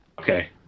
Okay